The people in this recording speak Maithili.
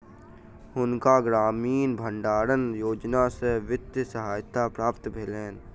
हुनका ग्रामीण भण्डारण योजना सॅ वित्तीय सहायता प्राप्त भेलैन